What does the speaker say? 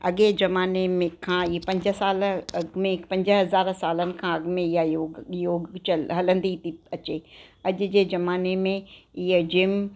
अॻे ज़माने में खां ईअं पंज साल अॻ में पंज हज़ार सालनि खां अॻ में ईअं योग योग चल हलंदी थी अचे अॼु जे ज़माने में ईअं जिम